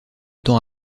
temps